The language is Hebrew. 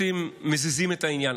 כשמזיזים את העניין,